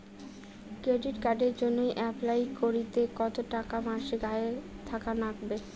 Credit কার্ডের জইন্যে apply করিতে কতো টাকা মাসিক আয় থাকা নাগবে?